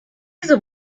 diese